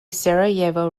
sarajevo